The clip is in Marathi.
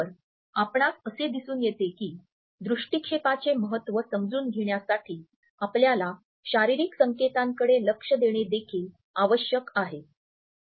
तर आपणास असे दिसून येते की दृष्टीक्षेपाचे महत्त्व समजून घेण्यासाठी आपल्याला शारीरिक संकेतांकडे लक्ष देणे देखील आवश्यक आहे